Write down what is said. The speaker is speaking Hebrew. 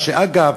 ואגב,